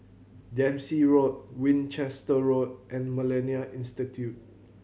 Dempsey Road Winchester Road and Millennia Institute